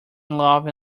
love